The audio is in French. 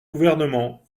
gouvernement